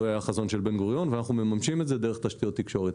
זה היה החזון של בן גוריון ואנחנו מממשים את זה דרך תשתיות תקשורת.